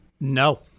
No